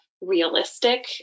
realistic